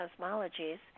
cosmologies